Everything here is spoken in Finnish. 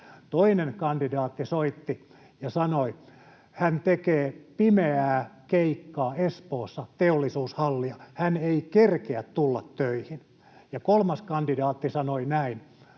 Toinen kandidaatti soitti ja sanoi, että hän tekee pimeää keikkaa Espoossa, teollisuushallia, hän ei kerkeä tulla töihin. Ja kolmas kandidaatti sanoi,